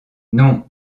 non